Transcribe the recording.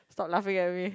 stop laughing at me